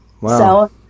wow